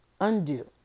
Undo